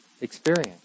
experience